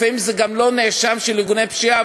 ולפעמים זה גם לא נאשם של ארגוני פשיעה,